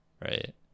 right